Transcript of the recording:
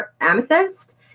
amethyst